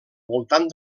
voltant